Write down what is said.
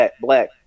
black